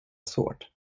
svårt